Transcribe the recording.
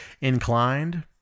inclined